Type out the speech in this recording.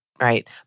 right